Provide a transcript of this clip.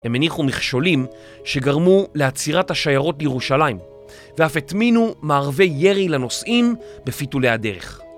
הם הניחו מכשולים שגרמו לעצירת השיירות לירושלים ואף הטמינו מערבי יירי לנוסעים בפיתולי הדרך.